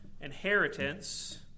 inheritance